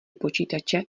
počítače